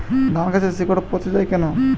ধানগাছের শিকড় পচে য়ায় কেন?